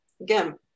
again